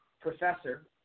professor